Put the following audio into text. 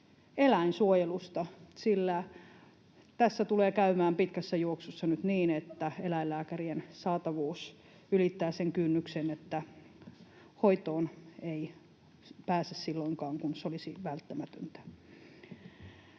eläinsuojelusta, sillä tässä tulee käymään pitkässä juoksussa nyt niin, että eläinlääkärien saatavuus ylittää sen kynnyksen, että hoitoon ei pääse silloinkaan, kun se olisi välttämätöntä.